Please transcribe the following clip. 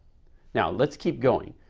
now let's keep going.